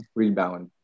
rebound